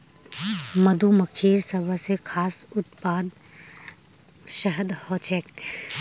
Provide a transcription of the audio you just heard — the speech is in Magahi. मधुमक्खिर सबस खास उत्पाद शहद ह छेक